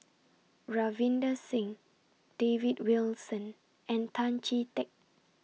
Ravinder Singh David Wilson and Tan Chee Teck